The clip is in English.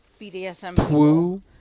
BDSM